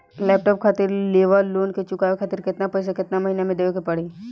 Laptop खातिर लेवल loan के चुकावे खातिर केतना पैसा केतना महिना मे देवे के पड़ी?